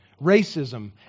racism